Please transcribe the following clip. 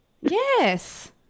Yes